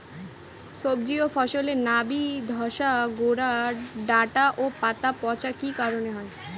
সবজি ও ফসলে নাবি ধসা গোরা ডাঁটা ও পাতা পচা কি কারণে হয়?